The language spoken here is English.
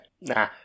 Nah